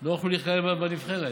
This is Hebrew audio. לא יכלו לכהן בנבחרת.